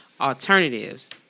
alternatives